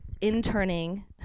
interning